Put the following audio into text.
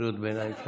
קריאות הביניים שלך.